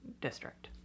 district